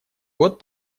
год